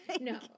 No